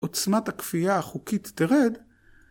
עוצמת הכפייה החוקית תרד